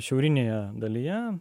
šiaurinėje dalyje